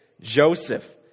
Joseph